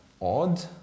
odd